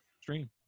stream